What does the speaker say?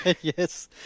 Yes